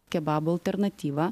kebabo alternatyva